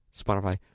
Spotify